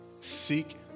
seek